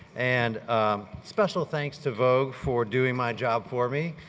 and special thanks to vogue for doing my job for me.